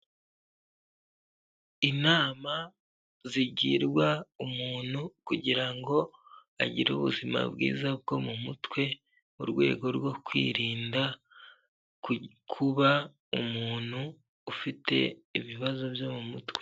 Inama zigirwa umuntu kugira ngo agire ubuzima bwiza bwo mu mutwe, mu rwego rwo kwirinda kuba umuntu ufite ibibazo byo mu mutwe.